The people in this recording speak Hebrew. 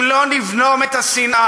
אם לא נבלום את השנאה,